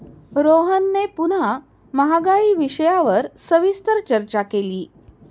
रोहनने पुन्हा महागाई विषयावर सविस्तर चर्चा केली